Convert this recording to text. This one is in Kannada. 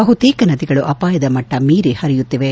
ಬಹುತೇಕ ನದಿಗಳು ಆಪಾಯದ ಮಟ್ಟ ಮೀರಿ ಹರಿಯುತ್ತಿವೆ